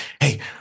Hey